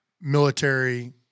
military